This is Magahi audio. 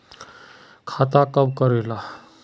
खाता कब करेला?